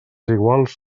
iguals